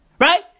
Right